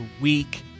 week